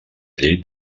llei